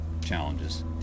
challenges